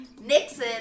Nixon